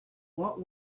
what